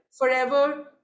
Forever